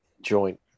joint